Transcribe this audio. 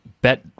bet